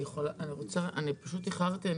איחרתי,